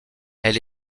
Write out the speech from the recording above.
elle